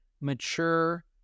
mature